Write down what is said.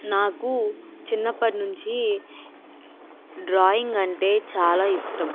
నాకు చిన్నప్పటి నుంచి డ్రాయింగ్ అంటే చాలా ఇష్టం